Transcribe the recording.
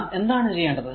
നാം എന്താണ് ചെയ്യേണ്ടത്